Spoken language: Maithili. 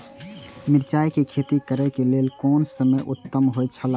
मिरचाई के खेती करे के लेल कोन समय उत्तम हुए छला?